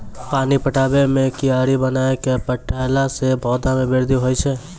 पानी पटाबै मे कियारी बनाय कै पठैला से पौधा मे बृद्धि होय छै?